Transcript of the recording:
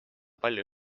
palju